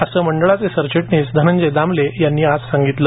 असं मंडळाचे सरचिटणीस धनंजय दामले यांनी आज सांगितले